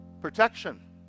protection